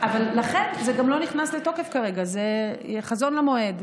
לכן זה גם לא נכנס לתוקף כרגע, זה חזון למועד.